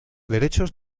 derechos